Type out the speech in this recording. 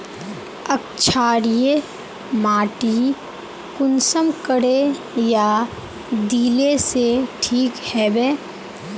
क्षारीय माटी कुंसम करे या दिले से ठीक हैबे?